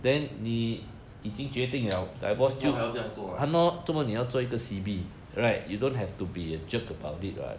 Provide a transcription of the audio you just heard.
这么还要这样做 right